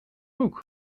boek